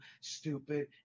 stupid